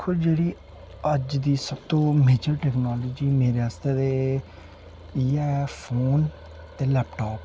दिक्खो जेह्ड़ी अज्ज दी सब तू मेजर टेक्नोलॉजी मेरे आस्तै ते इ'यै फोन ते लैपटॉप